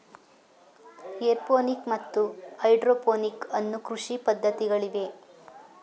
aeroponic ಮತ್ತು hydroponic ಅನ್ನೂ ಕೃಷಿ ಪದ್ಧತಿಗಳಿವೆ